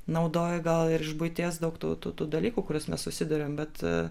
naudoji gal ir iš buities daiktų tų dalykų kuris mes susiduriam bet